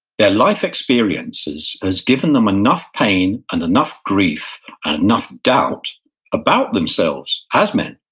their life experiences has given them enough pain and enough grief and enough doubt about themselves, as men,